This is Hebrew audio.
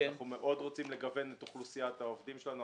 אנחנו מאוד רוצים לגוון את אוכלוסיית העובדים שלנו.